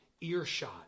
earshot